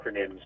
acronyms